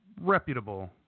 reputable